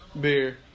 Beer